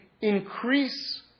increase